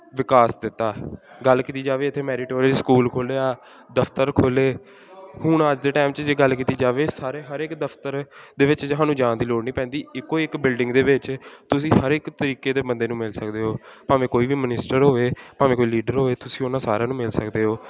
ਵਿਕਾਸ ਦਿੱਤਾ ਗੱਲ ਕੀਤੀ ਜਾਵੇ ਇੱਥੇ ਮੈਰੀਟੋਰੀ ਸਕੂਲ ਖੋਲ੍ਹਿਆ ਦਫਤਰ ਖੋਲ੍ਹੇ ਹੁਣ ਅੱਜ ਦੇ ਟਾਈਮ 'ਚ ਜੇ ਗੱਲ ਕੀਤੀ ਜਾਵੇ ਸਾਰੇ ਹਰ ਇੱਕ ਦਫਤਰ ਦੇ ਵਿੱਚ ਜ ਸਾਨੂੰ ਜਾਣ ਦੀ ਲੋੜ ਨਹੀਂ ਪੈਂਦੀ ਇੱਕੋ ਇੱਕ ਬਿਲਡਿੰਗ ਦੇ ਵਿੱਚ ਤੁਸੀਂ ਹਰ ਇੱਕ ਤਰੀਕੇ ਦੇ ਬੰਦੇ ਨੂੰ ਮਿਲ ਸਕਦੇ ਹੋ ਭਾਵੇਂ ਕੋਈ ਵੀ ਮਿਨਿਸਟਰ ਹੋਵੇ ਭਾਵੇਂ ਕੋਈ ਲੀਡਰ ਹੋਵੇ ਤੁਸੀਂ ਉਹਨਾਂ ਸਾਰਿਆਂ ਨੂੰ ਮਿਲ ਸਕਦੇ ਹੋ